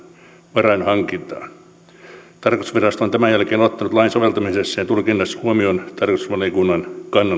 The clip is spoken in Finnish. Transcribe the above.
varainhankintaan tarkastusvirasto on tämän jälkeen ottanut lain soveltamisessa ja tulkinnassa huomioon tarkastusvaliokunnan kannanoton